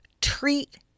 treat